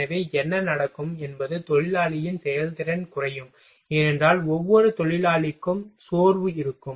எனவே என்ன நடக்கும் என்பது தொழிலாளியின் செயல்திறன் குறையும் ஏனென்றால் ஒவ்வொரு தொழிலாளிக்கும் சோர்வு இருக்கும்